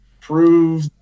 prove